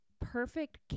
perfect